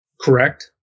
correct